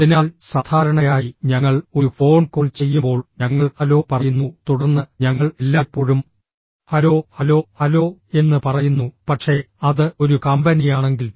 അതിനാൽ സാധാരണയായി ഞങ്ങൾ ഒരു ഫോൺ കോൾ ചെയ്യുമ്പോൾ ഞങ്ങൾ ഹലോ പറയുന്നു തുടർന്ന് ഞങ്ങൾ എല്ലായ്പ്പോഴും ഹലോ ഹലോ ഹലോ എന്ന് പറയുന്നു പക്ഷേ അത് ഒരു കമ്പനിയാണെങ്കിൽ